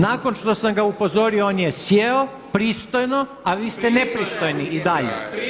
Nakon što sam ga upozorio on je sjeo, pristojno a vi ste nepristojni i dalje.